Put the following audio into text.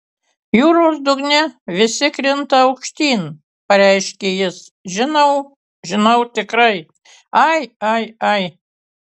jūros dugne visi krinta aukštyn pareiškė jis žinau žinau tikrai ai ai ai